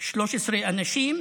13 אנשים